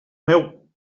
meu